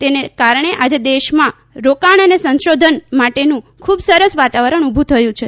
તેને કારણે આજે દેશમાં રોકાણ અને સંશોધન માટેનું ખૂબ સરસ વાતાવરણ ઉભું થયું છે